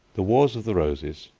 the wars of the roses,